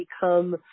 become